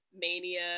Mania